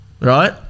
Right